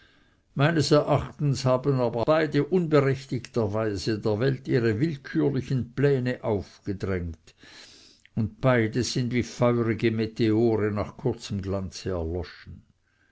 meines erachtens aber haben beide unberechtigterweise der welt ihre willkürlichen pläne aufgedrängt und beide sind wie feurige meteore nach kurzem glanze erloschen